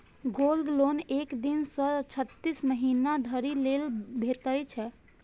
gold loan एक दिन सं छत्तीस महीना धरि लेल भेटै छै